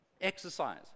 exercise